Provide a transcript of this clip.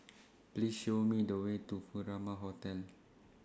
Please Show Me The Way to Furama Hotel